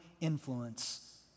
influence